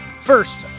first